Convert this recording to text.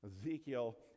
Ezekiel